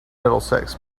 middlesex